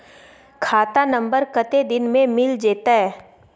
खाता नंबर कत्ते दिन मे मिल जेतै?